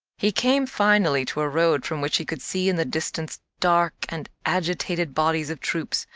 he came finally to a road from which he could see in the distance dark and agitated bodies of troops,